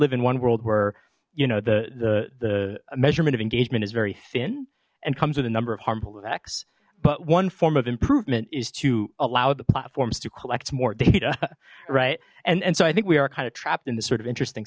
live in one world where you know the the the measurement of engagement is very thin and comes with a number of harmful effects but one form of improvement is to allow the platforms to collect more data right and and so i think we are kind of trapped in this sort of interesting